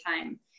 time